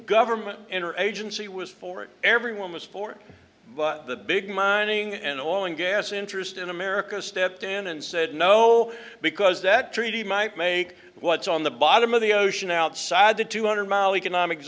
government inner agency was for it everyone was for but the big mining and oil and gas interest in america stepped in and said no because that treaty might make what's on the bottom of the ocean outside the two hundred mile economic